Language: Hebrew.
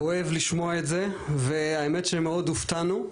כואב לשמוע את זה והאמת היא שמאוד הופתענו,